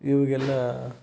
ಇವ್ಕೆಲ್ಲ